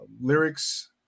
lyrics